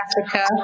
Africa